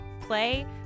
play